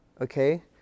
Okay